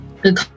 Good